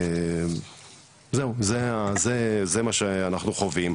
זהו זה מה שאנחנו חווים.